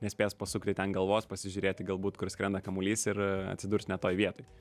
nespės pasukti ten galvos pasižiūrėti galbūt kur skrenda kamuolys ir atsidurs ne toj vietoj